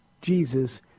Jesus